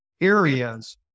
areas